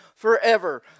forever